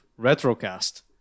retrocast